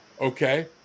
okay